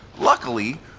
Luckily